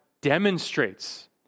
demonstrates